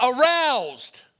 aroused